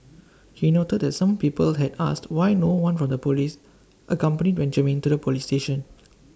he noted that some people had asked why no one from the Police accompanied Benjamin to the Police station